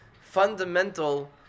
Fundamental